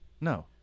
No